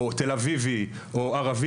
כוח אדם ועוד.